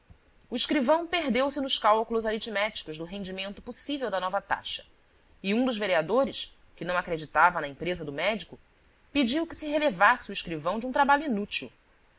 o escrivão perdeu-se nos cálculos aritméticos do rendimento possível da nova taxa e um dos vereadores que não acreditava na empresa do médico pediu que se relevasse o escrivão de um trabalho inútil